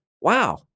wow